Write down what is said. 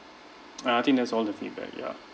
ah I think that's all the feedback ya